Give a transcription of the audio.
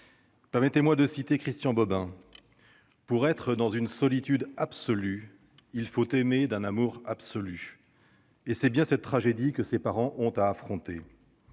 Permettez-moi de citer Christian Bobin :« Pour être dans une solitude absolue, il faut aimer d'un amour absolu. » C'est bien cette tragédie de la solitude absolue